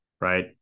right